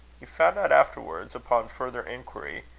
he found out afterwards, upon further inquiry,